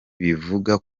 bivuga